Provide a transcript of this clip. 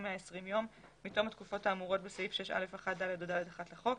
120 יום מתום התקופות האמורות בסעיף 6א1(ד) או (ד1) לחוק,